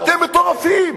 אתם מטורפים.